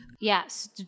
Yes